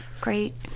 great